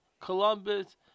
Columbus